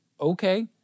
okay